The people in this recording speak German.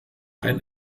ein